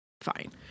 Fine